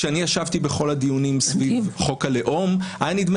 כשאני ישבתי בכל הדיונים סביב חוק הלאום היה נדמה